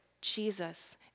Jesus